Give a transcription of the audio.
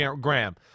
Graham